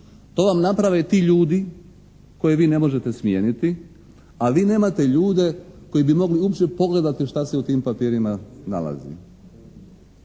To vam naprave ti ljudi koje vi ne možete smijeniti a vi nemate ljude koji bi mogli uopće pogledati šta se u tim papirima nalazi.